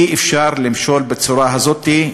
אי-אפשר למשול בצורה הזאת.